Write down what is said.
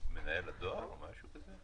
מנהל הדואר או משהו כזה?